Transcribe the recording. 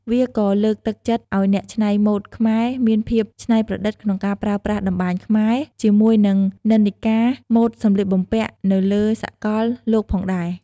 វាក៏លើកទឹកចិត្តឱ្យអ្នកច្នៃម៉ូដខ្មែរមានភាពច្នៃប្រឌិតក្នុងការប្រើប្រាស់តម្បាញខ្មែរជាមួយនឹងនិន្នាការម៉ូដសម្លៀកបំពាក់់នៅលើសកលលោកផងដែរ។